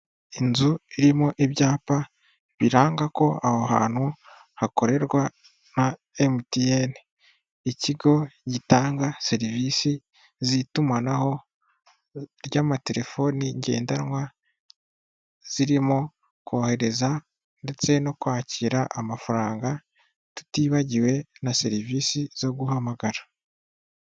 Inzu irimo ibyapa biranga ko aho hantu hakorerwa na MTN ikigo gitanga serivisi z'itumanaho, ry'amatelefoni ngendanwa, zirimo kohereza ndetse no kwakira amafaranga, tutibagiwe na serivisi zo guhamagara.